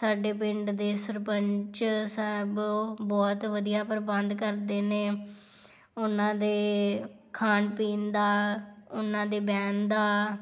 ਸਾਡੇ ਪਿੰਡ ਦੇ ਸਰਪੰਚ ਸਾਹਿਬ ਬਹੁਤ ਵਧੀਆ ਪ੍ਰਬੰਧ ਕਰਦੇ ਨੇ ਉਹਨਾਂ ਦੇ ਖਾਣ ਪੀਣ ਦਾ ਉਹਨਾਂ ਦੇ ਬਹਿਣ ਦਾ